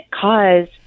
cause